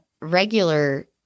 regular